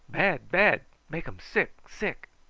bad, bad. make um sick, sick.